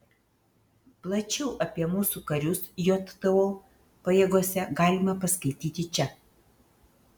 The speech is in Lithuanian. plačiau apie mūsų karius jto pajėgose galima paskaityti čia